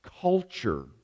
culture